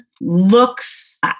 looks